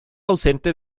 ausente